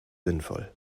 sinnvoll